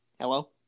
Hello